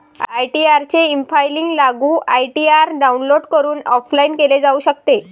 ITR चे e filing लागू ITR download करून ऑफलाइन केले जाऊ शकते